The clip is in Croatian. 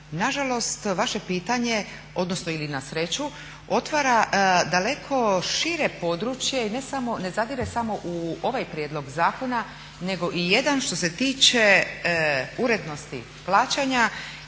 Na žalost, vaše pitanje odnosno ili na sreću otvara daleko šire područje i ne samo, ne zadire samo u ovaj prijedlog zakona nego i jedan što se tiče urednosti plaćanja